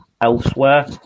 elsewhere